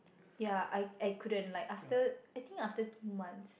ya I I couldn't like after I think after two months